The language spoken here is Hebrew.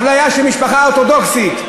אפליה של משפחה אורתודוקסית.